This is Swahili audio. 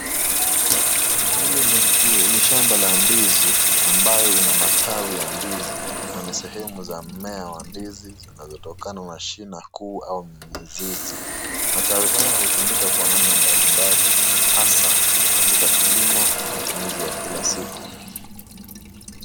Hili ni shamba la ndizi ambalo lina matawi ya ndizi. Na ni sehemu za mimea wa ndizi zinazotokana na shina kuu au mzizi. Matawi haya hutumika kwa namna mbalimbali hasa katika kilimo na matumizi ya kila siku.